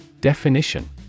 Definition